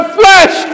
flesh